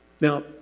Now